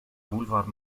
boulevard